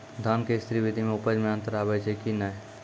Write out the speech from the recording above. धान के स्री विधि मे उपज मे अन्तर आबै छै कि नैय?